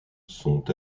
sont